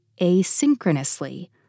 asynchronously